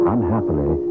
Unhappily